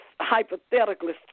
hypothetically